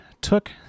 took